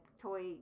toy